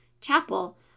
chapel